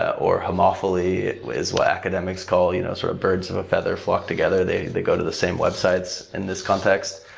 ah or homophily is what academics call you know sort of birds of a feather flock together. they they go to the same websites in this context.